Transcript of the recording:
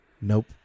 Nope